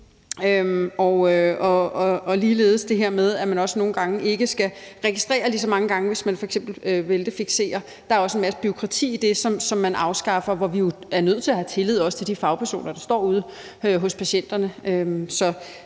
ligeledes det her med, at man også nogle gange ikke skal registrere lige så mange gange, hvis man f.eks. bæltefikserer. Der er også en masse bureaukrati i det, som man afskaffer, hvor vi jo er nødt til have en tillid også til de fagpersoner, der står ude hos patienterne.